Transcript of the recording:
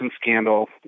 scandal